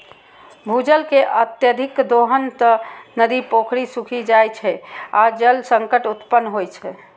भूजल के अत्यधिक दोहन सं नदी, पोखरि सूखि जाइ छै आ जल संकट उत्पन्न होइ छै